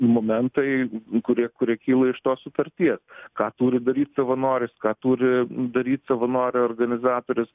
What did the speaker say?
momentai kurie kurie kyla iš tos sutarties ką turi daryt savanoris ką turi daryt savanorių organizatorius